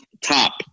top